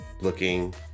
looking